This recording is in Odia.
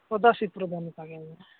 ସଦୀଶିବପୁର ଆଜ୍ଞା